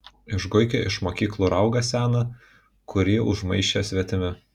išguiki iš mokyklų raugą seną kurį užmaišė svetimi